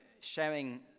sharing